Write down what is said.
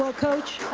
ah coach,